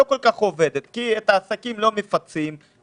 ראינו את זה שלפעמים אולי רצנו מהר מדיי ברוח הגל הראשון,